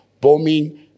bombing